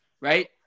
Right